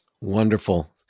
Wonderful